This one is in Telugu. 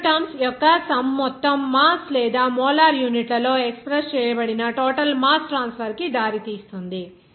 ఈ రెండు టర్మ్స్ యొక్క సమ్ మొత్తం మాస్ లేదా మోలార్ యూనిట్లలో ఎక్స్ప్రెస్ చేయబడిన టోటల్ మాస్ ట్రాన్స్ఫర్ కి దారితీస్తుంది